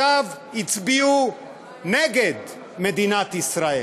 עכשיו הצביעו נגד מדינת ישראל?